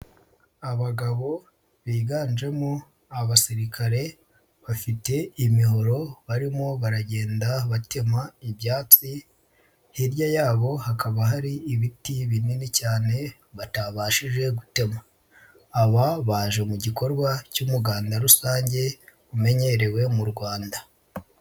Abagabo biganjemo abasirikare, bafite imihoro barimo baragenda batema ibyatsi, hirya yabo hakaba hari ibiti binini cyane, batabashije gutema, aba baje mu gikorwa cy'umuganda rusange, umenyerewe mu Rwanda.